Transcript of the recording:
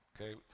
Okay